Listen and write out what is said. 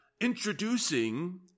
introducing